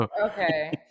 Okay